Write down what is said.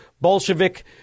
Bolshevik